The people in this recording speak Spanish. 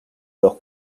los